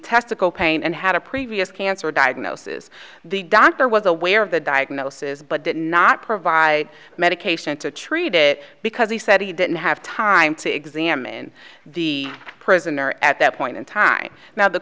testicle pain and had a previous cancer diagnosis the doctor was aware of the diagnosis but did not provide medication to treat it because he said he didn't have time to examine the prisoner at that point in time now the